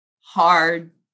hard